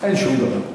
אין שום דבר.